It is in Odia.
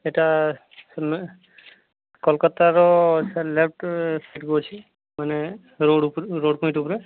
ଏଇଟା କୋଲକତାର ସାର୍ ଲେଫ୍ଟ୍ ଅଛି ମାନେ ରୋଡ଼୍ ଉପରେ ରୋଡ଼୍ ପଏଣ୍ଟ୍ ଉପରେ